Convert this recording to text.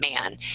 man